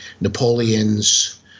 napoleon's